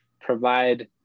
provide